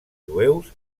jueus